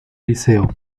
liceo